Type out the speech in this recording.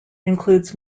includes